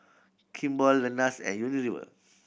Kimball Lenas and Unilever